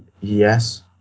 Yes